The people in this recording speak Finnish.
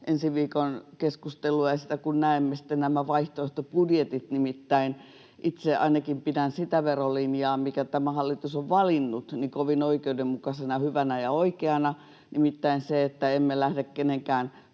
ensi viikon keskustelua ja sitä, kun näemme nämä vaihtoehtobudjetit. Nimittäin itse ainakin pidän sitä verolinjaa, minkä tämä hallitus on valinnut, kovin oikeudenmukaisena, hyvänä ja oikeana, nimittäin sitä, että emme lähde kenenkään